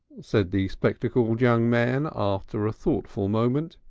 said the spectacled young man after a thoughtful moment,